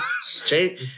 straight